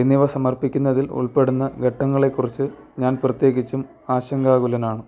എന്നിവ സമർപ്പിക്കുന്നതിൽ ഉൾപ്പെടുന്ന ഘട്ടങ്ങളെക്കുറിച്ച് ഞാൻ പ്രത്യേകിച്ചും ആശങ്കാകുലനാണ്